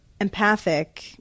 empathic